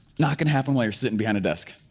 not gonna happen while you're sitting behind a desk,